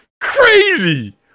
Crazy